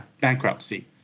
bankruptcy